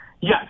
Yes